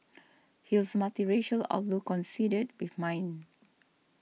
his multiracial outlook conceded with mine